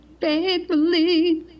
Faithfully